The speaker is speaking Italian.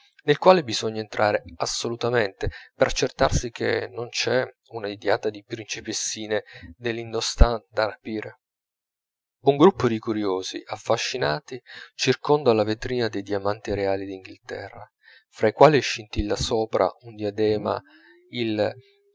nel quale bisogna entrare assolutamente per accertarsi che non c'è una nidiata di principessine dell'indostan da rapire un gruppo di curiosi affascinati circonda la vetrina dei diamanti reali d'inghilterra fra i quali scintilla sopra un diadema il